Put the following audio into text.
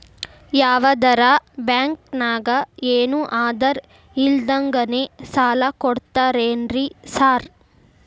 ಯಾವದರಾ ಬ್ಯಾಂಕ್ ನಾಗ ಏನು ಆಧಾರ್ ಇಲ್ದಂಗನೆ ಸಾಲ ಕೊಡ್ತಾರೆನ್ರಿ ಸಾರ್?